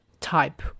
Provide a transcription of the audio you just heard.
type